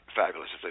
fabulous